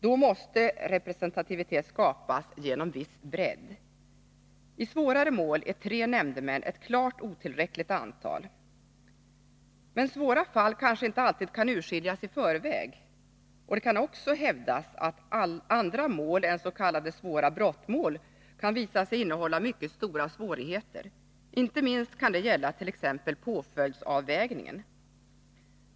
Då måste representativitet skapas genom viss bredd. I svårare mål är tre nämndemän ett klart otillräckligt antal. Men svåra fall kanske inte alltid kan urskiljas i förväg, och det kan också hävdas att andra målän s.k. svåra brottsmål kan visa sig innehålla mycket stora problem. Inte minst kan det gälla t.ex. påföljdsavvägningen.